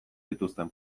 dituzten